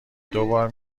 دوبار